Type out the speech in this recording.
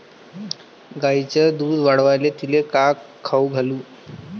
गायीचं दुध वाढवायले तिले काय खाऊ घालू?